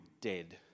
dead